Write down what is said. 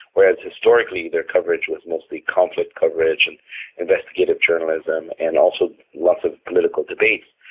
whereas historically their coverage was mostly conflict coverage and investigative journalism and also lots of political debates.